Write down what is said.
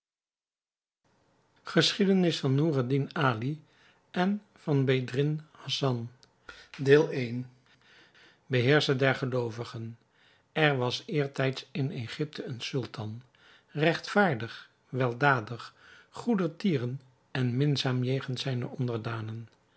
geschiedenis van noureddin ali en van bedreddin hassan beheerscher der geloovigen er was eertijds in egypte een sultan regtvaardig weldadig goedertieren en minzaam jegens zijne onderdanen